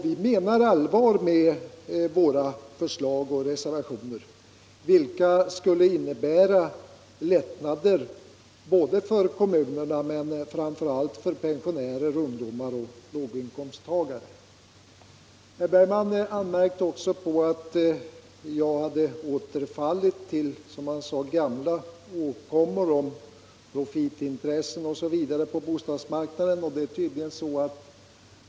Vi menar allvar med våra förslag och reservationer, vilka skulle innebära lättnader för kommunerna men framför allt för pensionärer, ungdomar och låginkomsttagare. Herr Bergman i Göteborg anmärkte också på att jag hade återfallit i, som han uttryckte det, gamla åkommor när det gällde profitintressen osv. på bostadsmarknaden.